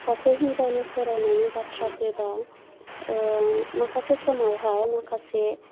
सासे हिन्जावनि फरायनायनि बाथ्राफैबा माखासे समावहाय माखासे